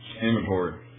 inventory